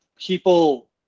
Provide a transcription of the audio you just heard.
people